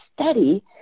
study